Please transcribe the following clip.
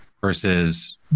versus